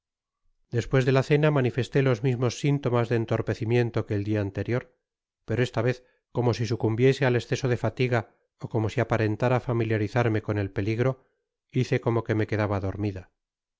despues de la cena manifesté los mismos sintomas de entorpecimiento que el dia anterior pero esta vez como si sucumbiese al esceso de fatiga ó como si aparentara familiarizarme con el peligro hice como que me quedaba dormida